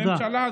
תודה.